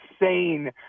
insane